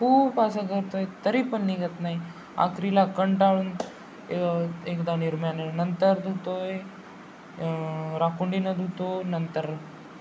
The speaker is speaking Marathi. खूप असं करतो आहे तरी पण निघत नाही आखरीला कंटाळून एकदा निरम्यानं नंतर धुतो आहे राखुंडीनं धुतो नंतर